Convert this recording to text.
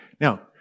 Now